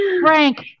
Frank